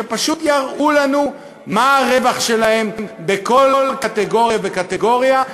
שפשוט יראו לנו מה הרווח שלהם בכל קטגוריה וקטגוריה,